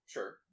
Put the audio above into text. Sure